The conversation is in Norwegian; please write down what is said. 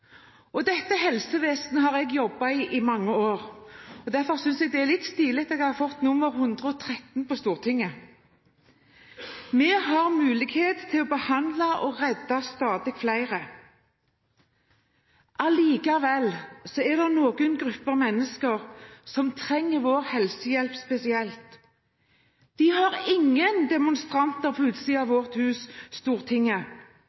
nok. Dette helsevesenet har jeg jobbet i i mange år. Derfor synes jeg det er litt stilig at jeg har fått nr. 113 på Stortinget. Vi har mulighet til å behandle og redde stadig flere. Allikevel er det noen grupper mennesker som trenger vår helsehjelp spesielt. De har ingen demonstranter på utsiden av